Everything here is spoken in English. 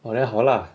orh then 好 lah